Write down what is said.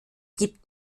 gibt